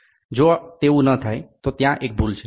જો તેવું ન થાય તો ત્યાં એક ભૂલ છે